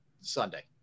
Sunday